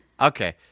Okay